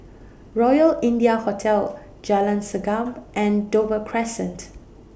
Royal India Hotel Jalan Segam and Dover Crescent